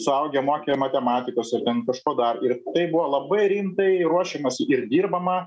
suaugę mokė matematikos ar ten kažko dar ir tai buvo labai rimtai ruošiamasi ir dirbama